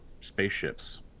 spaceships